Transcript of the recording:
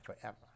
forever